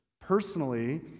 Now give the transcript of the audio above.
personally